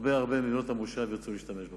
הרבה-הרבה מבנות המושב ירצו להשתמש בו.